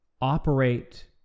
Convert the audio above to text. operate